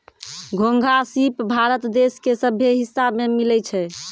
घोंघा, सिप भारत देश के सभ्भे हिस्सा में मिलै छै